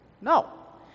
No